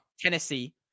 Tennessee